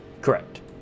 Correct